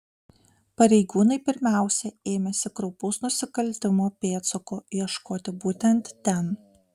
pareigūnai pirmiausia ėmėsi kraupaus nusikaltimo pėdsakų ieškoti būtent ten